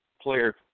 player